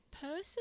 person